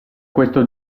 questo